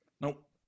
Nope